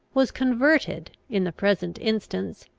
was converted, in the present instance,